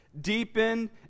deepen